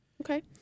Okay